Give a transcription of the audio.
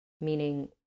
meaning